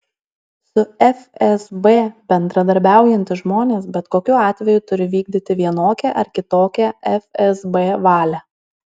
su fsb bendradarbiaujantys žmonės bet kokiu atveju turi vykdyti vienokią ar kitokią fsb valią